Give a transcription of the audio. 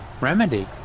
Remedy